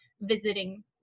visiting